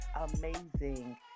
amazing